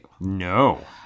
No